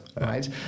right